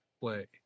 play